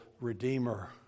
Redeemer